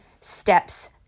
steps